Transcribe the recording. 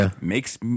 makes